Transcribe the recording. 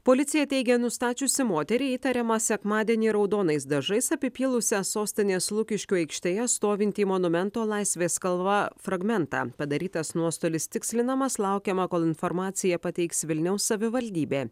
policija teigia nustačiusi moterį įtariamą sekmadienį raudonais dažais apipylusią sostinės lukiškių aikštėje stovintį monumento laisvės kalva fragmentą padarytas nuostolis tikslinamas laukiama kol informaciją pateiks vilniaus savivaldybė